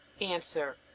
Answer